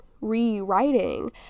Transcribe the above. rewriting